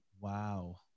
Wow